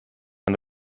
and